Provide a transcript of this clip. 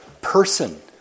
person